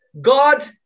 God